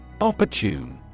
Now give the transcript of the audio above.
Opportune